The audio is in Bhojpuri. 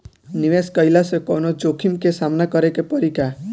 निवेश कईला से कौनो जोखिम के सामना करे क परि का?